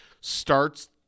starts